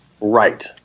Right